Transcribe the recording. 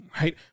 right